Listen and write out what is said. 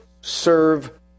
Serve